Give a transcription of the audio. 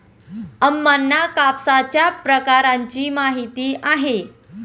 अम्मांना कापसाच्या प्रकारांची माहिती आहे